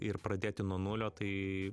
ir pradėti nuo nulio tai